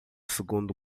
segundo